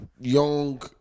young